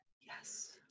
Yes